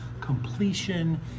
completion